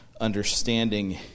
understanding